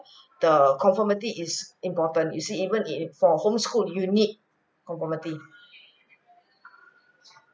the conformity is important you see even in for homeschool you need conformity